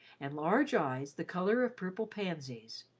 and large eyes the colour of purple pansies,